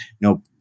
no